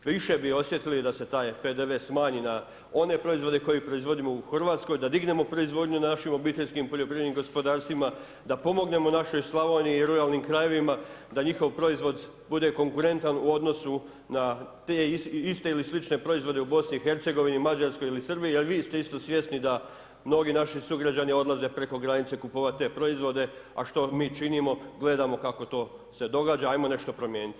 Više bi osjetili da se taj PDV smanji na one proizvode koje proizvodimo u Hrvatskoj, da dignemo proizvodnju našim obiteljskim poljoprivrednim gospodarstvima, da pomognemo našoj Slavoniji i ruralnim krajevima, da njihov proizvod bude konkurentan u odnosu na te iste ili slične proizvode u Bosni i Hercegovini, Mađarskoj ili Srbiji, jer vi ste isto svjesni da mnogi naši sugrađani odlaze preko granice kupovat te proizvode, a što mi činimo?, gledamo kako to se događa, ajmo nešto promijeniti.